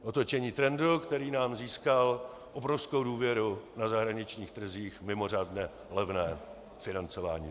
Otočení trendu, který nám získal obrovskou důvěru na zahraničních trzích, mimořádně levné financování dluhu.